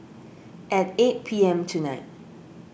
at eight P M tonight